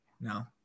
no